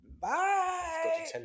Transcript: bye